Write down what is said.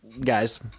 guys